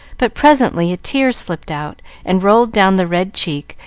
but presently a tear slipped out and rolled down the red cheek,